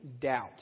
doubt